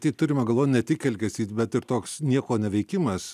kai turima galvoj ne tik elgesys bet ir toks nieko neveikimas